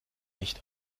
nicht